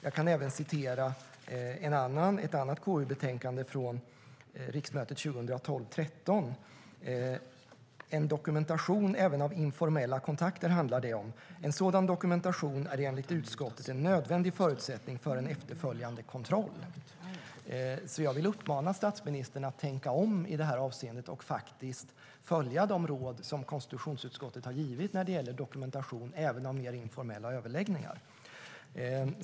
Jag kan även citera ett annat KU-betänkande, från riksmötet 2012/13, där det står att "dokumentation av kontakter är en nödvändig förutsättning för en efterföljande kontroll". Det handlar alltså om informella kontakter. Jag vill därför uppmana statsministern att tänka om i det här avseendet och faktiskt följa de råd som konstitutionsutskottet har gett när det gäller dokumentation även av mer informella överläggningar.